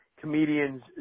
comedian's